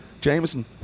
Jameson